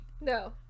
no